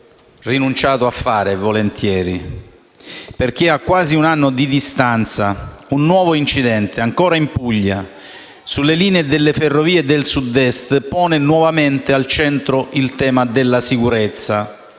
rinunciato a fare questo intervento, perché a quasi un anno di distanza un nuovo incidente, ancora in Puglia, sulle linee delle Ferrovie del Sud-Est, pone nuovamente al centro il tema della sicurezza,